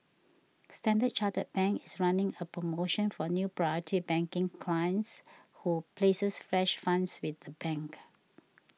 Standard Chartered Singapore is running a promotion for new Priority Banking clients who places fresh funds with the bank